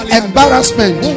embarrassment